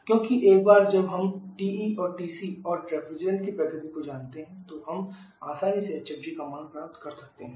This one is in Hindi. क्योंकि एक बार जब हम TE और TC और रेफ्रिजरेंट की प्रकृति को जानते हैं तो हम आसानी से hfg का मान प्राप्त कर सकते हैं